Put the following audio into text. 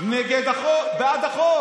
בעד החוק.